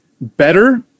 better